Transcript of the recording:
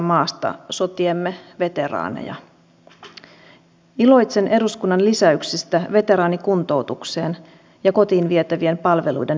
on ollut hieno kuunnella näitä uusia multimiljonääriyrittäjiä alle kolmekymppisiä kavereita